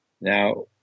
Now